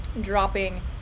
dropping